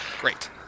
great